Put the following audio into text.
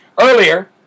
earlier